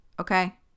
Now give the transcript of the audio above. okay